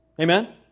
Amen